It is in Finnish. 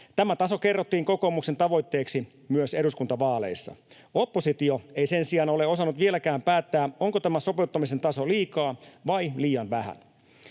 Tämä taso kerrottiin kokoomuksen tavoitteeksi myös eduskuntavaaleissa. Oppositio ei sen sijaan ole osannut vieläkään päättää, onko tämä sopeuttamisen taso liikaa vai liian vähän.